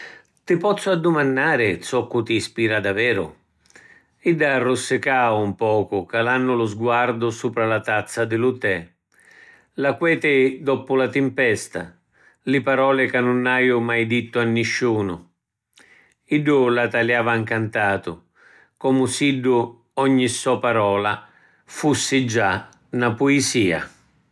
Ti pozzu addumannari zoccu ti ispira daveru? Idda arrussicau ‘n pocu, calannu lu sguardu supra la tazza di lu tè. “La queti doppu la timpesta. Li parole ca nun haju mai dittu a nisciunu”. Iddu la taliava ncantatu, comu siddu ogni so parola fussi già na puisia.